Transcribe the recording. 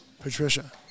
Patricia